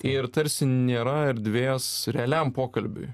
ir tarsi nėra erdvės realiam pokalbiui